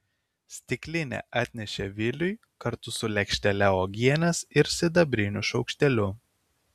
stiklinę atnešė viliui kartu su lėkštele uogienės ir sidabriniu šaukšteliu